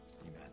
Amen